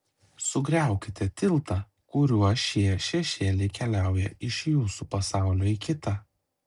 sugriaukite tiltą kuriuo šie šešėliai keliauja iš jūsų pasaulio į kitą